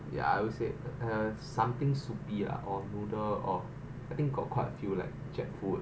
ya I would say uh something soupy ah or noodle of I think got quite a few leh jack fruit